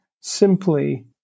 simply